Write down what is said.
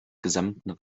gesamten